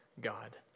God